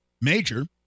major